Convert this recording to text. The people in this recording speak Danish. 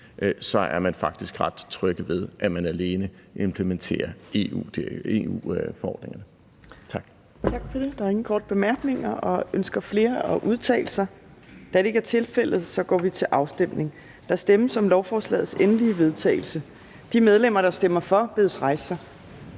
er man faktisk ret tryg ved, at man alene implementerer EU-forordninger.